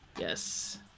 Yes